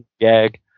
gag